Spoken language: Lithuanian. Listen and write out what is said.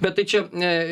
bet tai čia